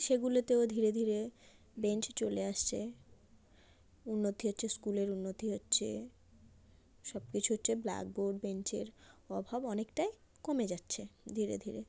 সেগুলোতেও ধীরে ধীরে বেঞ্চ চলে আসছে উন্নতি হচ্ছে স্কুলের উন্নতি হচ্ছে সব কিছু হচ্ছে ব্ল্যাকবোর্ড বেঞ্চের অভাব অনেকটাই কমে যাচ্ছে ধীরে ধীরে